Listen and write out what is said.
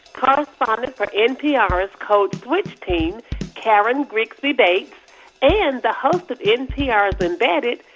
correspondent for npr's code switch team karen grigsby bates and the host of npr's embedded,